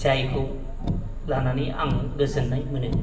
जायखौ लानानै आङो गोजोननाय मोनो